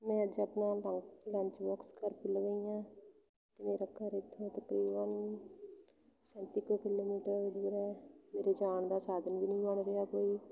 ਮੈਂ ਅੱਜ ਆਪਣਾ ਲੰਚ ਲੰਚ ਬੋਕਸ ਘਰ ਭੁੱਲ ਗਈ ਹਾਂ ਅਤੇ ਮੇਰਾ ਘਰ ਇੱਥੋਂ ਤਕਰੀਬਨ ਸੈਂਤੀ ਕੁ ਕਿਲੋਮੀਟਰ ਦੂਰ ਹੈ ਮੇਰੇ ਜਾਣ ਦਾ ਸਾਧਨ ਵੀ ਨਹੀਂ ਬਣ ਰਿਹਾ ਕੋਈ